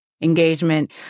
engagement